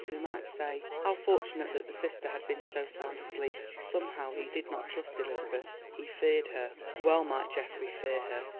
who might say? how fortunate that the sister had been so sound asleep. somehow he did not trust elizabeth he feared her. well might geoffrey fear her!